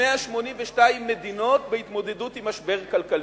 מתוך 182 מדינות בהתמודדות עם משבר כלכלי.